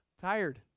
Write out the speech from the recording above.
Tired